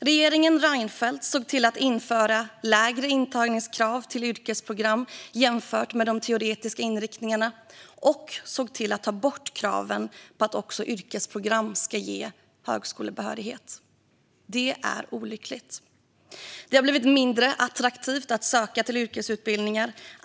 Regeringen Reinfeldt såg till att införa lägre intagningskrav till yrkesprogram jämfört med de teoretiska inriktningarna och såg även till att ta bort kraven på att också yrkesprogram ska ge högskolebehörighet. Det är olyckligt. Det har blivit mindre attraktivt att söka till yrkesutbildningar.